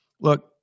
Look